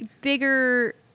bigger